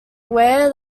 aware